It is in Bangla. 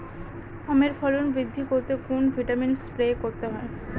আমের ফলন বৃদ্ধি করতে কোন ভিটামিন স্প্রে করতে হয়?